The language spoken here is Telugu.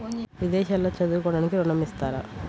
విదేశాల్లో చదువుకోవడానికి ఋణం ఇస్తారా?